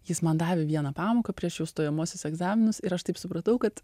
jis man davė vieną pamoką prieš jau stojamuosius egzaminus ir aš taip supratau kad